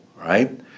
right